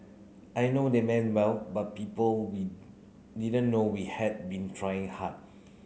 I know they meant well but people we didn't know we had been trying hard